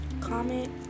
comment